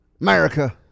America